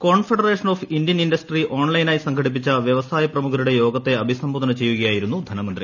confederation of Indian industry ഓൺലൈനായി സംഘടിപ്പിച്ച വൃവസായ പ്രമുഖരുടെ യോഗത്തെ അഭിസംബോധന ചെയ്യുകയായിരുന്നു ധനമന്ത്രി